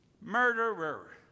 Murderer